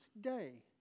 day